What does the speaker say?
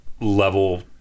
level